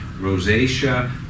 rosacea